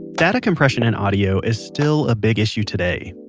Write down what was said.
data compression in audio is still a big issue today.